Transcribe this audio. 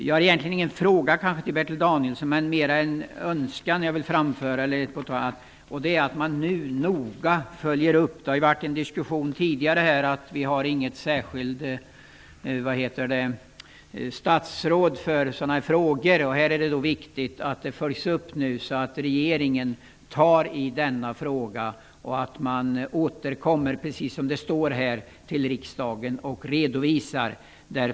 Jag har egentligen ingen fråga till Bertil Danielsson utan mera en önskan att man nu noga följer upp frågan. Det har sagts tidigare att vi inte har ett särskilt statsråd med ansvar för sådana här frågor. Det är viktigt att frågan följs upp så att regeringen tar itu med frågan och återkommer till riksdagen.